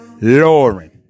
Lauren